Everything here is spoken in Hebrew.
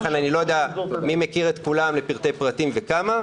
לכן אני לא יודע מי מכיר את כולם לפרטי פרטים וכמה,